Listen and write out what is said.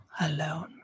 alone